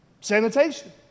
sanitation